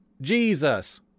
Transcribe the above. Jesus